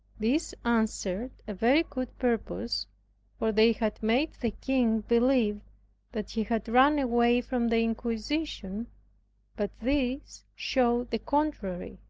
this answered a very good purpose for they had made the king believe that he had run away from the inquisition but this showed the contrary.